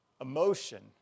emotion